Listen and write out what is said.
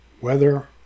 weather